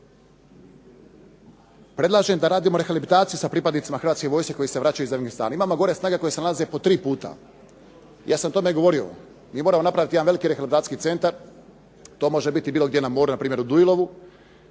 Predlažem da radimo rehabilitaciju sa pripadnicima Hrvatske vojske koji se vraćaju iz Afganistana. Imamo gore snage koje se nalaze po tri puta. Ja sam o tome govorio. Mi moramo napraviti jedan veliki rehabilitacijski centar, to može biti bilo gdje na moru, npr. u Duilovu,